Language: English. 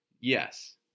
Yes